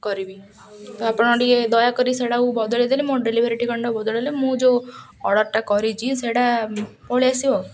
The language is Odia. କରିବି ତ ଆପଣ ଟିକେ ଦୟାକରି ସେଇଟାକୁ ବଦଳେଇ ଦେଲେ ମୋ ଡେଲିଭରି ଠିକଣାଟା ବଦଳେଇଲେ ମୁଁ ଯୋଉ ଅର୍ଡ଼ର୍ଟା କରିଛି ସେଇଟା ପଳେଇ ଆସିବ ଆଉ